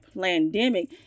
pandemic